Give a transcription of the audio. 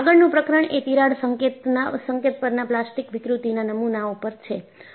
આગળનું પ્રકરણ એ તિરાડ સંકેત પરના પ્લાસ્ટિક વિકૃતિના નમુના ઉપર છે